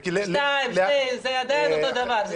שתיים, שתי זה עדיין אותו דבר.